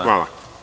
Hvala.